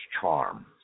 charm